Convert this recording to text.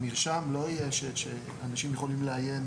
היא שהמרשם לא יהיה כזה שאנשים יכולים לעיין